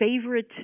favorite